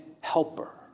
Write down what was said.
helper